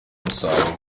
umusaruro